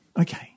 Okay